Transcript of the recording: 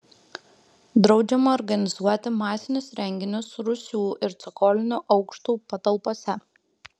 draudžiama organizuoti masinius renginius rūsių ir cokolinių aukštų patalpose